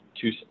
two